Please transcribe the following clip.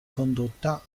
condotta